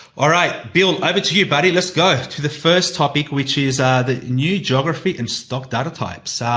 all right, bill over to you buddy, let's go to the first topic which is the new geography and stock data types. so,